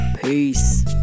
Peace